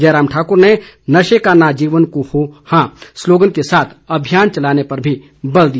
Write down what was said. जयराम ठाकुर ने नशे का न जीवन को हां स्लोगन के साथ अभियान चलाने पर भी बल दिया